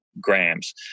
grams